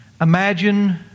Imagine